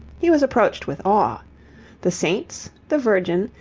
he was approached with awe the saints, the virgin,